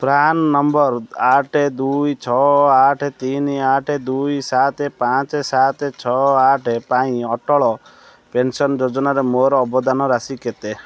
PRAN number ଆଠ ଦୁଇ ଛଅ ଆଠ ତିନି ଆଠ ଦୁଇ ସାତ ପାଞ୍ଚ ସାତ ଛଅ ଆଠ ପାଇଁ ଅଟଳ ପେନ୍ସନ୍ ଯୋଜନାରେ ମୋର ଅବଦାନ ରାଶି କେତେ